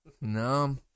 No